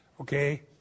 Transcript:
Okay